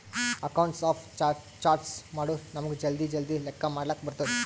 accounts of charts ಮಾಡುರ್ ನಮುಗ್ ಜಲ್ದಿ ಜಲ್ದಿ ಲೆಕ್ಕಾ ಮಾಡ್ಲಕ್ ಬರ್ತುದ್